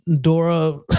Dora